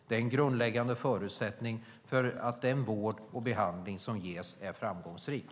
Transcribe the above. Det är en grundläggande förutsättning för att den vård och behandling som ges är framgångsrik.